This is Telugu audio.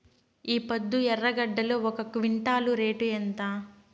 ఈపొద్దు ఎర్రగడ్డలు ఒక క్వింటాలు రేటు ఎంత?